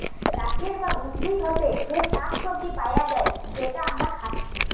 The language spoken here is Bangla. গাছের বা উদ্ভিদ হোতে যে শাক সবজি পায়া যায় যেটা আমরা খাচ্ছি